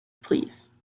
please